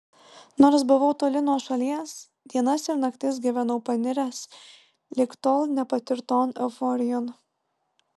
nors buvau toli nuo šalies dienas ir naktis gyvenau paniręs lig tol nepatirton euforijon